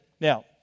now